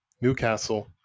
Newcastle